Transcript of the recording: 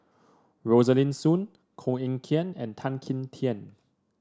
Rosaline Soon Koh Eng Kian and Tan Kim Tian